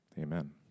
amen